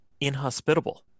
inhospitable